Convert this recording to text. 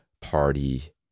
party